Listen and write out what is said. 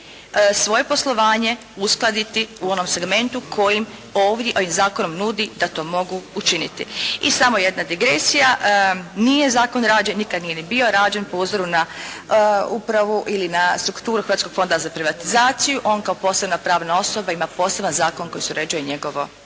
svoje poslovanje uskladiti u onom segmentu kojim ovim zakonom nudi da to mogu učiniti. I samo jedna digresija, nije zakon rađen, nikad nije ni bio rađen po uzoru na upravu ili na strukturu Hrvatskog fonda za privatizaciju. On kao posebna pravna osoba ima poseban zakon koji sređuje njegovo